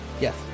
Yes